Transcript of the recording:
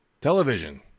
television